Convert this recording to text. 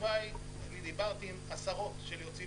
התשובה היא שדיברתי עם עשרות יוצאים